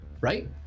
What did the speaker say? right